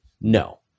No